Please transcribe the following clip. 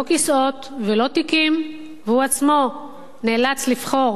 לא כיסאות, ולא תיקים, והוא עצמו נאלץ לבחור